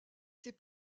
ses